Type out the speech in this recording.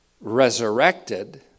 resurrected